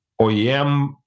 OEM